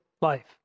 life